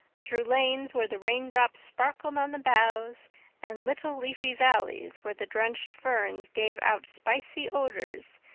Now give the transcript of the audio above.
through lanes where the raindrops sparkled on the boughs and little leafy valleys where the drenched ferns gave out spicy odors,